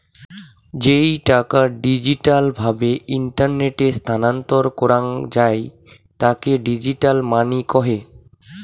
যেই টাকা ডিজিটাল ভাবে ইন্টারনেটে স্থানান্তর করাঙ যাই তাকে ডিজিটাল মানি কহে